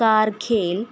कारखेल